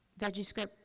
VeggieScript